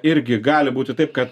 irgi gali būti taip kad